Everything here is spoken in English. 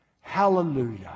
Hallelujah